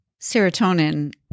serotonin